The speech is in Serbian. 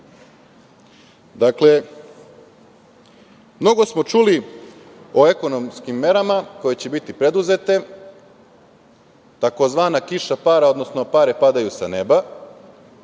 stanja? Dakle, mnogo smo čuli o ekonomskim merama koje će biti preduzete, tzv. kiša para, odnosno pare padaju sa neba,